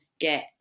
get